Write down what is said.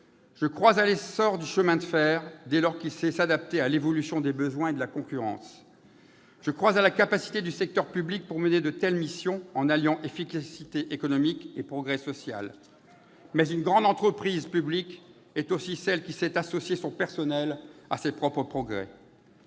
Je crois à l'essor du chemin de fer, dès lors qu'il sait s'adapter à l'évolution des besoins et de la concurrence [...]; je crois à la capacité du secteur public pour mener de telles missions en alliant efficacité économique et progrès social. [...] Mais [...] une grande entreprise publique est aussi celle qui sait associer son personnel à ses propres progrès.